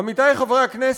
עמיתי חברי הכנסת,